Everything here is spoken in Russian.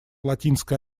латинской